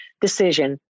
decision